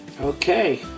Okay